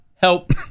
help